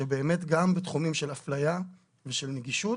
שבאמת גם בתחומים של אפליה ושל נגישות